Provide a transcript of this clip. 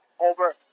over